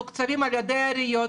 מתוקצבים על ידי העיריות,